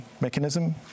mechanism